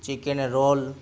chicken roll